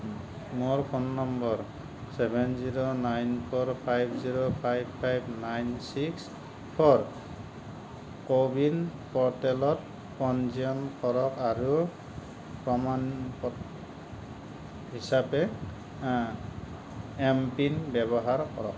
মোৰ phone number seven zero nine four five zero five five nine six four CoWIN প'ৰ্টেলত পঞ্জীয়ন কৰক আৰু প্ৰমাণ প হিচাপে এমপিন ব্যৱহাৰ কৰক